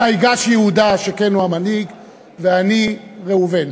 ואני ראובן.